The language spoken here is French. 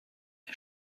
est